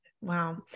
Wow